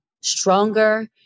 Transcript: stronger